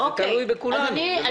זה תלוי בכולנו - מה לעשות.